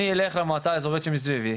אני אלך למועצה האזורית שמסביבי,